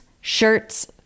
shirts